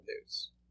news